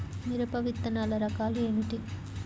మిరప విత్తనాల రకాలు ఏమిటి?